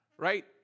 right